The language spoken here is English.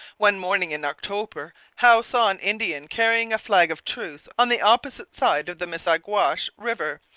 one morning in october howe saw an indian carrying a flag of truce on the opposite side of the missaguash river,